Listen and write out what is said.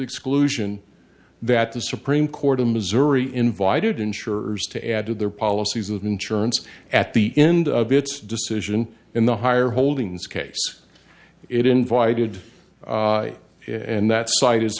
exclusion that the supreme court a missouri invited insurers to add to their policies with insurance at the end of its decision in the higher holdings case it invited and that site is